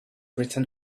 written